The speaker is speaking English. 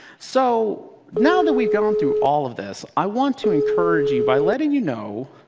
so now that we've gone through all of this, i want to encourage you by letting you know